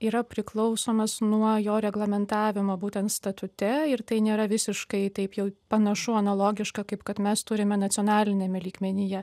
yra priklausomas nuo jo reglamentavimo būtent statute ir tai nėra visiškai taip jau panašu analogiška kaip kad mes turime nacionaliniame lygmenyje